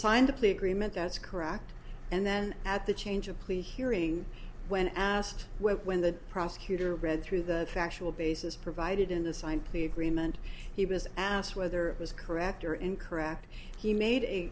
signed the plea agreement that's correct and then at the change of plea hearing when asked when the prosecutor read through the factual basis provided in the signed plea agreement he was asked whether it was correct or incorrect he made a